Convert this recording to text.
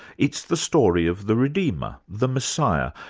it's the story of the redeemer, the messiah,